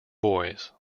boys